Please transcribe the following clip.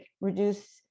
reduce